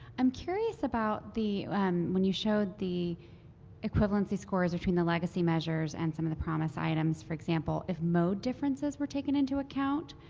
i'm curious about the when you showed the equivalency scores between the legacy measures and some of the promis items, for example, if no differences were taken into account,